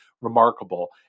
remarkable